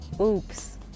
oops